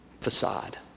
facade